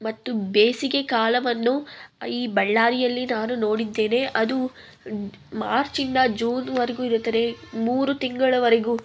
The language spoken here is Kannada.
ಮತ್ತು ಬೇಸಿಗೆ ಕಾಲವನ್ನು ಈ ಬಳ್ಳಾರಿಯಲ್ಲಿ ನಾನು ನೋಡಿದ್ದೇನೆ ಅದು ಮಾರ್ಚಿಂದ ಜೂನ್ವರೆಗೂ ಇರುತ್ತದೆ ಮೂರು ತಿಂಗಳವರೆಗೂ